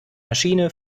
maschine